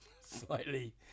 slightly